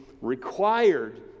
required